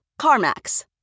CarMax